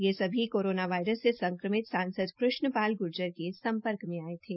ये सभी corona virus से संक्रमित सांसद कृष्ण पाल ग्र्जर के सम्पर्क में आये थे